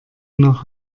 nach